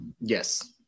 Yes